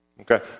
Okay